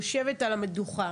יושבת על המדוכה